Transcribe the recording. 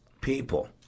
people